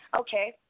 okay